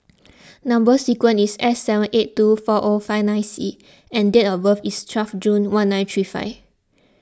Number Sequence is S seven eight two four O five nine C and date of birth is twelve June one nine three five